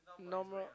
normal